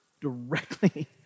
directly